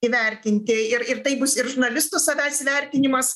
įvertinti ir ir tai bus ir žurnalistų savęs įvertinimas